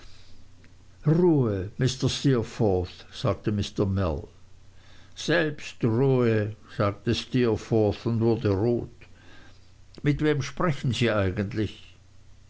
ruhe mr steerforth sagte mr mell selbst ruhe sagte steerforth und wurde rot mit wem sprechen sie eigentlich